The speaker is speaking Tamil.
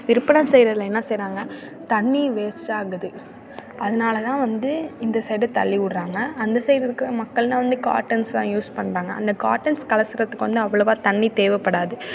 விற்பனை செய்றதில் என்ன செய்கிறாங்க தண்ணி வேஸ்ட்டாகுது அதனாலதான் வந்து இந்த சைடு தள்ளி விட்றாங்க அந்த சைடு இருக்கிற மக்களெலாம் வந்து காட்டன்ஸ்தான் யூஸ் பண்ணுறாங்க அந்த காட்டன்ஸ் அலசுறத்துக்கு வந்து அவ்வளவாக தண்ணி தேவைப்படாது